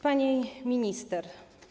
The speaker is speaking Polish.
Pani Minister!